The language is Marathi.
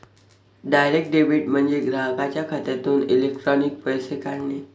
डायरेक्ट डेबिट म्हणजे ग्राहकाच्या खात्यातून इलेक्ट्रॉनिक पैसे काढणे